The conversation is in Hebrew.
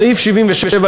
התשכ"ה 1965,